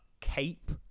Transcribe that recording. cape